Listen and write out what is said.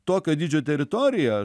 tokio dydžio teritoriją